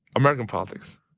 american politics.